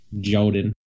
Jordan